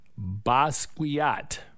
Basquiat